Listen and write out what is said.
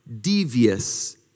devious